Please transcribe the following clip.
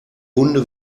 wunde